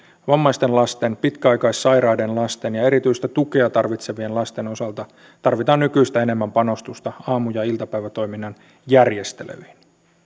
vammaisten lasten pitkäaikaissairaiden lasten ja erityistä tukea tarvitsevien lasten osalta tarvitaan nykyistä enemmän panostusta aamu ja iltapäivätoiminnan järjestelyihin